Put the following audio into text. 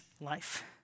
life